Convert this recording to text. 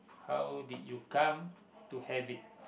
how did you come to have it